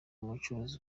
umucuruzi